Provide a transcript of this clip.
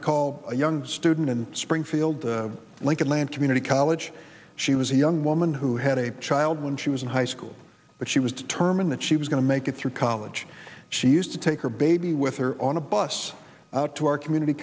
recall a young student in springfield like atlanta community college she was a young woman who had a child when she was in high school but she was determined that she was going to make it through college she used to take her baby with her on a bus to our community